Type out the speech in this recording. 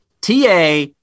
TA